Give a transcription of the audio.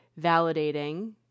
validating